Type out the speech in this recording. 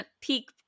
peak